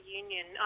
union